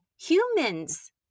humans